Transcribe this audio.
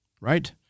right